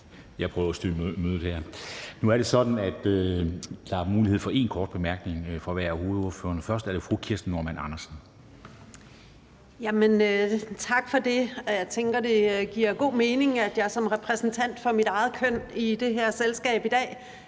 Jeg prøver at styre mødet her. Nu er det sådan, at der er mulighed for én kort bemærkning fra hver af hovedordførerne. Først er det fru Kirsten Normann Andersen. Kl. 15:24 Kirsten Normann Andersen (SF): Tak for det. Jeg tænker, at det giver god mening, at jeg som repræsentant for mit eget køn i det her selskab i dag